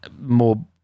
more